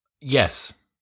Yes